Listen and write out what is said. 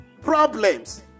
problems